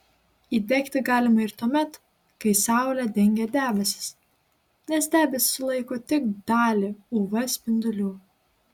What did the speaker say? įdegti galima ir tuomet kai saulę dengia debesys nes debesys sulaiko tik dalį uv spindulių